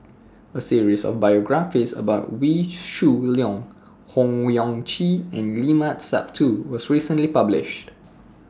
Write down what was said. A series of biographies about Wee Shoo Leong Owyang Chi and Limat Sabtu was recently published